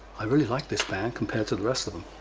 i really like this band compared to the rest of them.